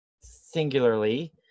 singularly